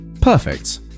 perfect